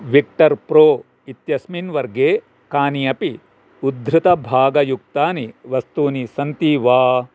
Victor Pro इत्यस्मिन् वर्गे कानि अपि उद्धृतभागयुक्तानि वस्तूनि सन्ति वा